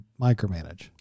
micromanage